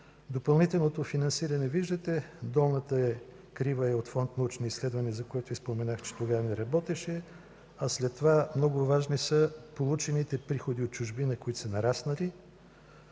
допълнителното финансиране – долната крива е от Фонд „Научни изследвания”, за който споменах, че тогава не работеше, а след това много важни са получените приходи от чужбина, които са нараснали.